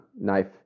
knife